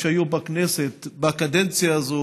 שהיו בכנסת בקדנציה הזאת,